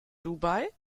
dubai